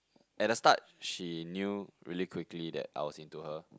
at the start she knew really quickly that I was into her